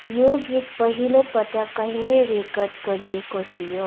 यो गीत पहिलो पटक कहिले रेकर्ड गरिएको थियो